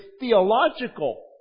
theological